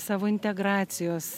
savo integracijos